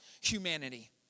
humanity